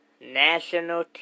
National